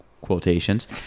quotations